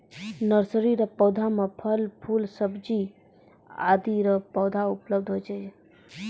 nursery रो पौधा मे फूल, फल, सब्जी आदि रो पौधा उपलब्ध रहै छै